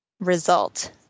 Result